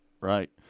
Right